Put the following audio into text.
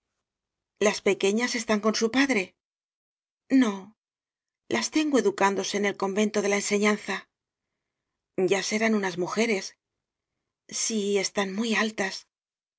las pequeñas están con su padre no las tengo educándose en el con vento de la enseñanza ya serán unas mujeres sí están muy altas